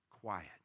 quiet